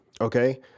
Okay